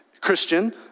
Christian